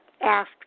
asked